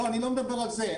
לא, אני לא מדבר על זה.